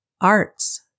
Arts